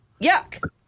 yuck